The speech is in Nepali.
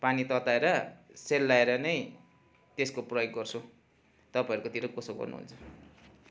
पानी तताएर सेलाएर नै त्यसको प्रयोग गर्छौँ तपाईँहरूकोतिर कसो गर्नुहुन्छ